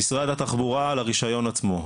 במשרד התחבורה על הרישיון עצמו,